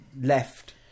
left